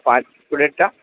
পাঁচ ফুটেরটা